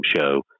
show